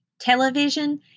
Television